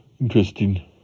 Interesting